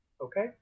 okay